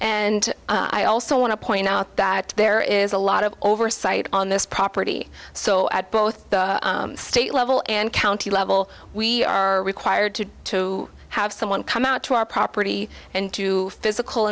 and i also want to point out that there is a lot of oversight on this property so at both the state level and county level we are required to to have someone come out to our property into physical